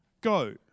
go